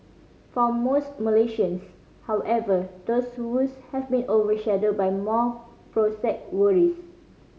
for most Malaysians however these woes have been overshadowed by more prosaic worries